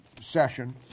session